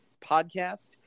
podcast